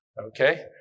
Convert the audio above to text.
okay